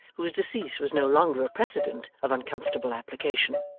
whose decease was no longer a precedent of uncomfortable application,